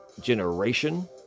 generation